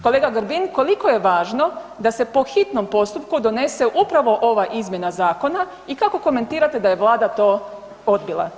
Kolega Grbin koliko je važno da se po hitnom postupku donese upravo ova izmjena zakona i kako komentirate da je Vlada to odbila?